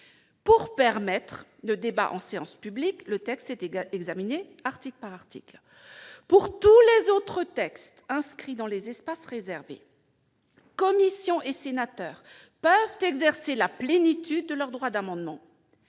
Pour permettre le débat en séance publique, le texte est examiné article par article. « Pour tous les autres textes inscrits dans les espaces réservés :« Commissions et sénateurs peuvent exercer la plénitude de leur droit d'amendement.